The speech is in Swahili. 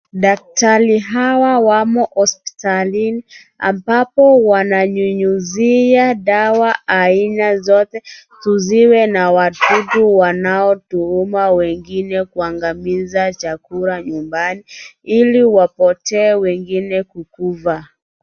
Daktari hawa wamo hospitalini ambapo wananyunyizia dawa aina zote kusiwe na wadudu wanao tu uma wengine kwa kuangamiza chakula nyumbani ili wapotee wengine kukufa.